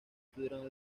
tuvieron